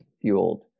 fueled